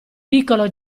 piccolo